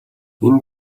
энэ